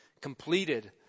completed